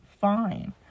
fine